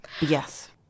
Yes